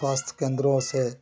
स्वास्थ्य केन्द्रों से